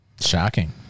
Shocking